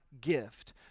gift